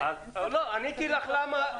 עניתי לך למה.